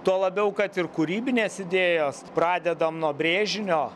tuo labiau kad ir kūrybinės idėjos pradedam nuo brėžinio